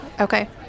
Okay